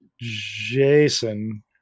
Jason